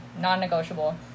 non-negotiable